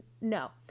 no